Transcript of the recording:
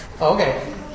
Okay